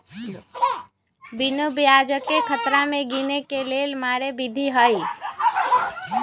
बिनु ब्याजकें खतरा के गिने के लेल मारे विधी हइ